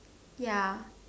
ya